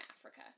Africa